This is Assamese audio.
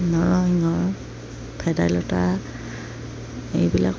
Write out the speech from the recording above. নৰসিংহ ভেদাইলতা এইবিলাক